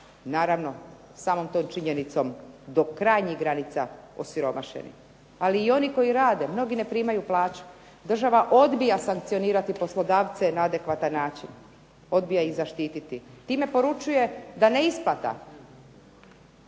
naravno samom tom činjenicom do krajnjih granica osiromašeni, ali i oni koji rade, mnogi ne primaju plaću, država odbija sankcionirati poslodavce na adekvatan način, odbija ih zaštititi. Time poručuje da neisplata,